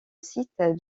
site